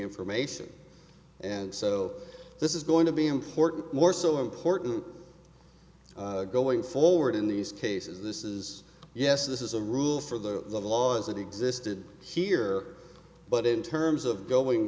information and so this is going to be important more so important going forward in these cases this is yes this is a rule for the law as it existed here but in terms of going